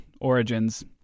origins